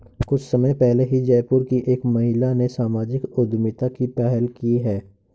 कुछ समय पहले ही जयपुर की एक महिला ने सामाजिक उद्यमिता की पहल की है